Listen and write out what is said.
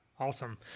Awesome